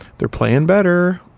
they're playing better.